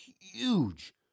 huge